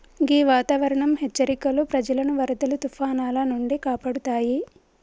గీ వాతావరనం హెచ్చరికలు ప్రజలను వరదలు తుఫానాల నుండి కాపాడుతాయి